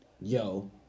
Yo